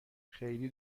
خیلی